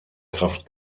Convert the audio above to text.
kraft